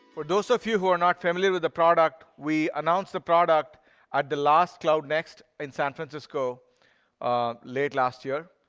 those of you who are not familiar with the product, we announced the product at the last cloud next in san francisco late last year.